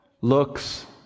looks